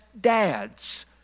dads